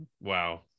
Wow